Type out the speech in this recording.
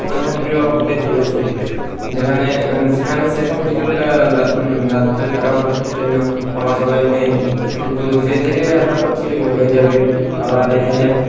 জনপ্রিয় হতে চলেছে যেখানে সেখানে সেরকম কিছু একটা রাত রাত্রে রাত্রে থাকার জন্য আবাসালয় নেই কিন্তু ধীরে ধীরে আশা করছি হয়ে যাবে আবার এখানে